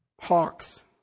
Hawks